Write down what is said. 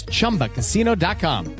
ChumbaCasino.com